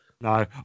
no